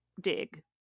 dig